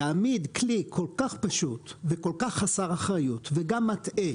יעמיד כלי כל כך פשוט וכל כך חסר אחריות וגם מטעה